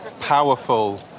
powerful